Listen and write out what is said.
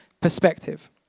perspective